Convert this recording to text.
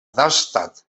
darmstadt